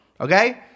Okay